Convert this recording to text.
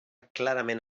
clarament